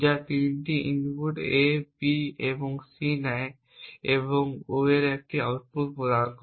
যা তিনটি input A B এবং C নেয় এবং O এর একটি আউটপুট প্রদান করে